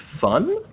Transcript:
fun